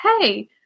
Hey